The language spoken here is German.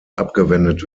abgewendet